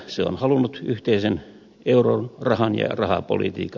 se on halunnut yhteisen eurorahan ja rahapolitiikan